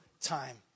time